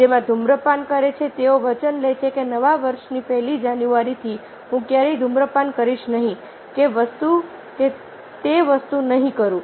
જેઓ ધૂમ્રપાન કરે છે તેઓ વચન લે છે કે નવા વર્ષની પહેલી જાન્યુઆરીથી હું ક્યારેય ધૂમ્રપાન કરીશ નહીં કે આ વસ્તુ કે તે વસ્તુ નહીં કરું